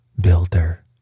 builder